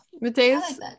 Mateus